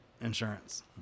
insurance